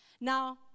Now